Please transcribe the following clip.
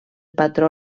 patró